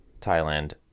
Thailand